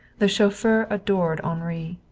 the chauffeur adored henri.